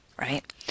right